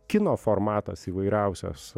kino formatas įvairiausias